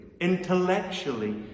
Intellectually